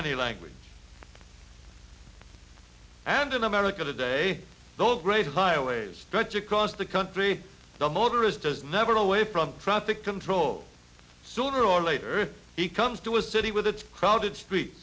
any language and in america today those great highways stretch across the country the motorist is never away from traffic control sooner or later he comes to a city with its crowded street